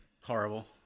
Horrible